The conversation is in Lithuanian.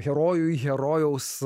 herojui herojaus